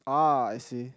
ah I see